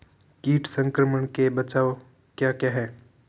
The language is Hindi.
कीट संक्रमण के बचाव क्या क्या हैं?